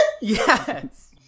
yes